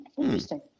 Interesting